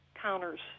counters